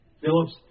Phillips